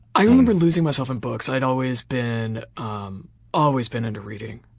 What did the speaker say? i remember losing myself in books. i've always been um always been into reading.